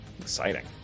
exciting